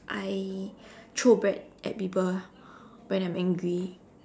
I throw bread at people when I'm angry